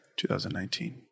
2019